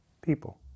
People